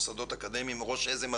לאן נושבות הרוחות במוסדות אקדמיים אחרים.